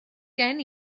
gen